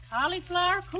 Cauliflower